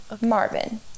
Marvin